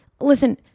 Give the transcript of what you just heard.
Listen